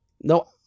No